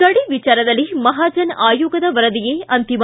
ಗಡಿ ವಿಚಾರದಲ್ಲಿ ಮಹಾಜನ ಆಯೋಗದ ವರದಿಯೇ ಅಂತಿಮ